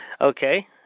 Okay